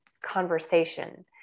conversation